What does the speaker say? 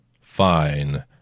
Fine